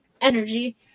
energy